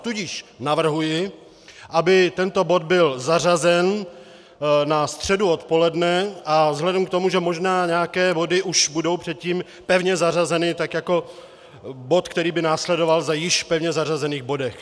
Tudíž navrhuji, aby tento bod byl zařazen na středu odpoledne, a vzhledem k tomu, že možná nějaké body už budou předtím pevně zařazeny, tak jako bod, který by následoval za již pevně zařazenými body.